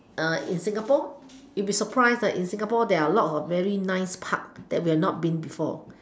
uh in singapore you'll be surprised that in singapore there are a lot of very nice parks that we've not been before